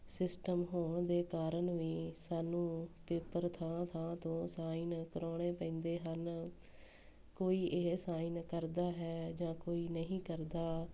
system ਹੋਣ ਦੇ ਕਾਰਨ ਵੀ ਸਾਨੂੰ ਪੇਪਰ ਥਾਂ ਥਾਂ ਤੋਂ ਸਾਈਨ ਕਰਵਾਉਣੇ ਪੈਂਦੇ ਹਨ ਕੋਈ ਇਹ ਸਾਈਨ ਕਰਦਾ ਹੈ ਜਾਂ ਕੋਈ ਨਹੀਂ ਕਰਦਾ